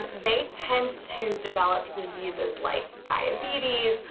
they tend to develop diseases like diabetes,